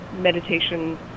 meditation